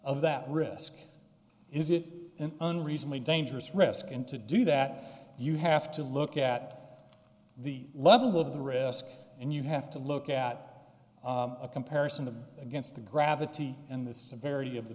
of that risk is it an unreasonably dangerous risk and to do that you have to look at the level of the risk and you have to look at a comparison to against the gravity and this is the verity of the